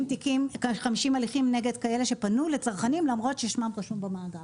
50 הליכים נגד כאלה שפנו לצרכנים למרות ששמם במאגר.